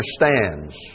understands